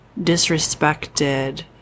disrespected